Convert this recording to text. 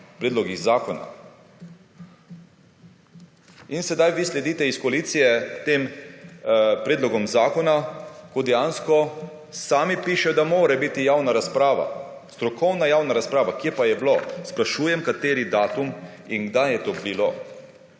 predlogih zakonov. In zdaj vi, koalicija, sledite tem predlogom zakonov, ko dejansko sami pravite, da mora biti javna razprava, strokovna javna razprava. Kje pa je bila? Sprašujem, kateri datum in kdaj je to bilo.